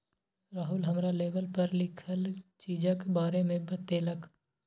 राहुल हमरा लेवल पर लिखल चीजक बारे मे बतेलक